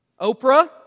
Oprah